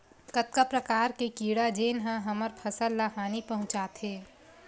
कतका प्रकार के कीड़ा जेन ह हमर फसल ल हानि पहुंचाथे?